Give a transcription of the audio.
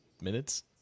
minutes